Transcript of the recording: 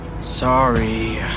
Sorry